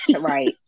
Right